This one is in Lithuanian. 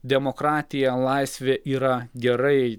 demokratija laisvė yra gerai